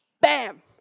bam